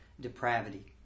depravity